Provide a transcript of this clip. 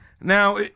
now